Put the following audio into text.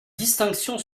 distinction